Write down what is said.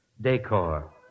decor